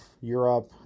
Europe